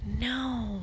no